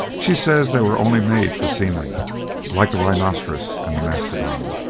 she says they were only made for scenery like the rhinoceros and the mastodon.